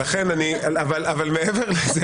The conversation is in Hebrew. בכל זאת